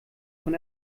von